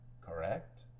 correct